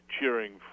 cheering